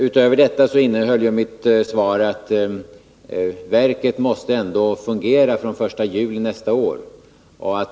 Utöver detta måste hänsyn tas till det jag framhöll i mitt svar, nämligen att verket ändå måste fungera från den 1 juli nästa år.